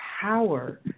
power